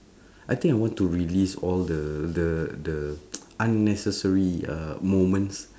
I think I want to release all the the the unnecessary uh moments